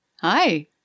Hi